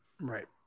right